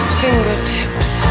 fingertips